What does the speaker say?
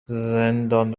زندان